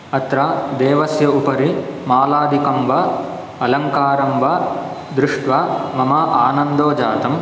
अत्र देवस्य उपरि मालादिकं वा अलङ्कारं वा दृष्ट्वा मम आनन्दो जातम्